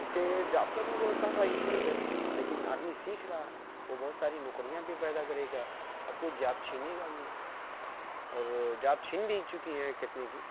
اس سے جاب کا بھی بہت سارا ایشوز ہے لیکن آدمی سیکھ رہا وہ بہت ساری نوکریاں بھی پیدا کرے گا اور کچھ جاب چھینے گا بھی اور جاب چھن بھی چکی ہیں کتنے کی